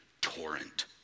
torrent